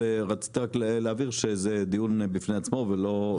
רצית להבהיר שזה דיון בפני עצמו ולא קשור.